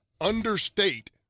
understate